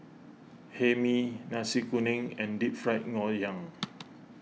Hae Mee Nasi Kuning and Deep Fried Ngoh Hiang